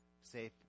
safe